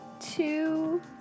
two